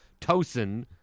Tosin